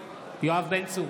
יואב בן צור,